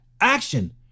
Action